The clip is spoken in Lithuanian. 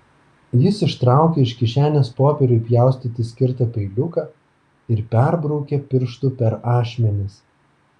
jis ištraukė iš kišenės popieriui pjaustyti skirtą peiliuką ir perbraukė pirštu per ašmenis